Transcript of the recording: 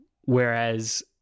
whereas